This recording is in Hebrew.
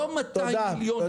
לא 200 מיליון שקלים.